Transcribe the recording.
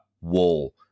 wall